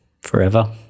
forever